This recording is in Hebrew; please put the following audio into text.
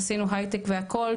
עשינו היי-טק והכל,